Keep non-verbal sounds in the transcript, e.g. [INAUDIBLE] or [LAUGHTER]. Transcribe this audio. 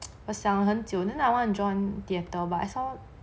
[NOISE] 我想了很久 then I wanna join theatre but I saw